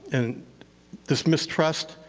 and this mistrust,